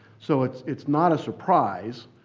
so it's it's not a surprise.